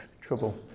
trouble